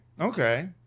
Okay